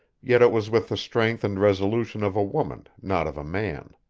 yet it was with the strength and resolution of a woman, not of a man.